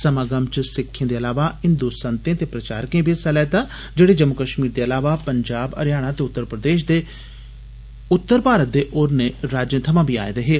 समागम च सिक्खे दे इलावा हिन्दू संते ते प्रचारकें बी हिस्सा लैता जेड़े जम्मू कश्मीर दे इलावा पंजाब हरियाणा ते उत्तर भारत दे होरने राज्यें थमां बी आए दे हे